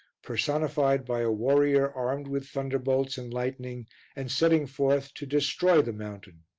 personified by a warrior armed with thunderbolts and lightning and setting forth to destroy the mountain.